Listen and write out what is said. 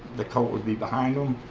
the coat would be behind him.